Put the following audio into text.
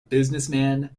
businessman